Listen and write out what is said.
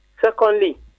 Secondly